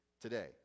today